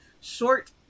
short